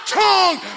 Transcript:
tongue